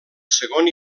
segon